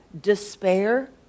Despair